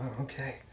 okay